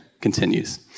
continues